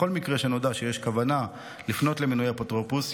בכל מקרה שנודע שיש כוונה לפנות למינוי אפוטרופוס,